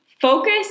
focus